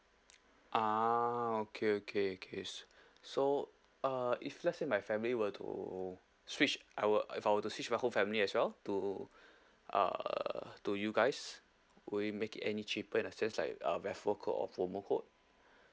ah okay okay okay so uh if let's say my family were to switch I were if I were to switch my whole family as well to uh to you guys will it make it any cheaper in a sense like uh referral code or promo code